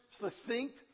succinct